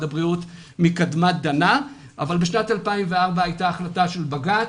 הבריאות מקדמת דנא אבל בשנת 2004 הייתה החלטה של בג"ץ,